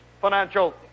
financial